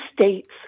states